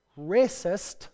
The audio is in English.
racist